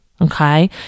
Okay